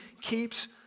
keeps